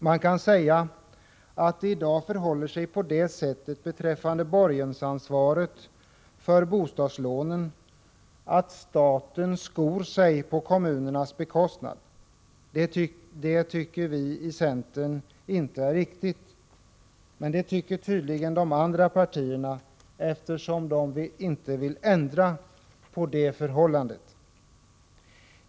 Man kan säga att det i dag förhåller sig på det sättet beträffande borgensansvaret för bostadslånen att staten skor sig på kommunernas bekostnad. Det tycker vi i centern inte är riktigt. Men det tycker tydligen de andra partierna eftersom de inte vill ändra på det förhållandet.